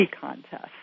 contest